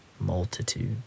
multitude